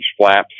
flaps